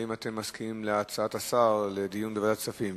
האם אתם מסכימים להצעת השר לדיון בוועדת כספים?